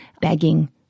begging